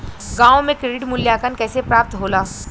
गांवों में क्रेडिट मूल्यांकन कैसे प्राप्त होला?